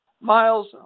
Miles